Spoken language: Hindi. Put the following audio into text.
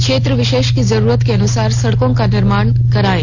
क्षेत्र विशेष की जरूरत के अनुसार सड़कों का निर्माण कार्य कराएं